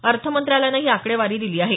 अर्थ मंत्रालयानं ही आकडेवारी दिली आहे